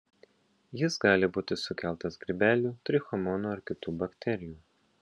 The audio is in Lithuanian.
jis gali būti sukeltas grybelio trichomonų ar kitų bakterijų